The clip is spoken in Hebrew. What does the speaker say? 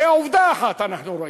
הרי עובדה אחת אנחנו רואים: